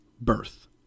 birth